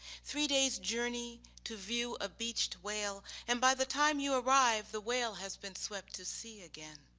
three days journey to view a beached whale and by the time you arrive, the whale has been swept to sea again.